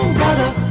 brother